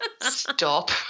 Stop